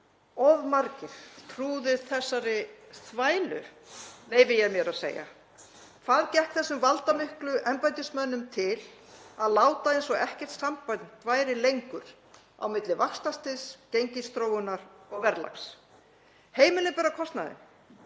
Of margir trúðu þessari þvælu, leyfi ég mér að segja. Hvað gekk þessum valdamiklu embættismönnum til að láta eins og ekkert samband væri lengur á milli vaxtastigs, gengisþróunar og verðlags? Heimilin bera kostnaðinn